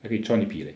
还可以赚一笔 leh